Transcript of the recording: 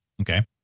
Okay